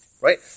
right